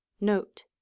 Note